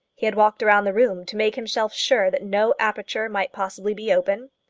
he had walked round the room to make himself sure that no aperture might possibly be open.